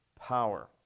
power